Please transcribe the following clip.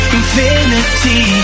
infinity